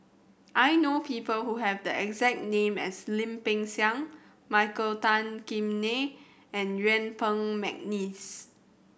I know people who have the exact name as Lim Peng Siang Michael Tan Kim Nei and Yuen Peng McNeice